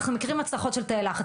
אנחנו מכירים הצלחות של תאי לחץ.